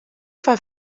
foar